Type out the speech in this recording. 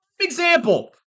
Example